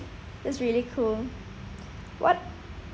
that's really cool what